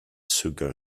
sugar